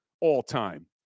all-time